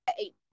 eight